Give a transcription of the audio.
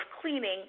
cleaning